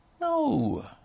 No